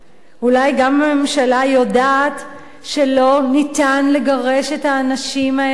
אולי גם הממשלה יודעת שלא ניתן לגרש את האנשים האלה,